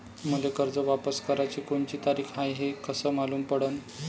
मले कर्ज वापस कराची कोनची तारीख हाय हे कस मालूम पडनं?